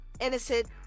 innocent